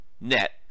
net